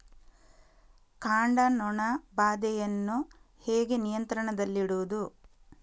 ಕಾಂಡ ನೊಣ ಬಾಧೆಯನ್ನು ಹೇಗೆ ನಿಯಂತ್ರಣದಲ್ಲಿಡುವುದು?